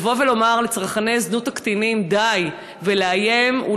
לומר לצרכני זנות הקטינים "די" ולאיים,